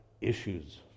issues